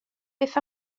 beth